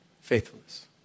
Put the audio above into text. Faithfulness